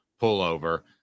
pullover